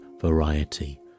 variety